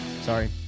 sorry